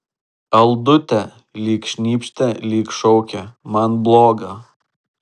aldute lyg šnypštė lyg šaukė man bloga